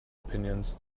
opinions